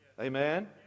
Amen